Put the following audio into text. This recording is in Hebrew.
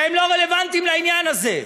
שהם לא רלוונטיים לעניין הזה.